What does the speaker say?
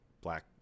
black